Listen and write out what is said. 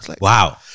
Wow